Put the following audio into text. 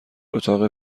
اتاق